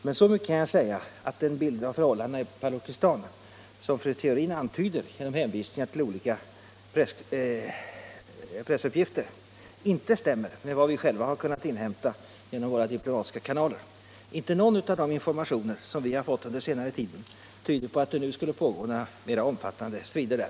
Men så mycket kan jag säga att den bild av förhållandena i Pakistan som fru Theorin antyder genom hänvisningar till olika pressuppgifter inte stämmer med vad vi själva kunnat inhämta genom våra diplomatiska kanaler. Inte någon av de informationer vi fått under senare tid tyder på att det nu skulle pågå några mer omfattande strider.